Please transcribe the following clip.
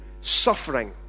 suffering